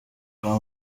kwa